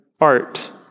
art